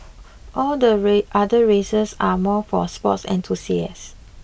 all the other races are more for sports enthusiasts